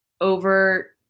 over